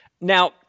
Now